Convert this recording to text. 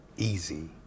easy